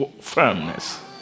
firmness